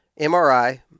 MRI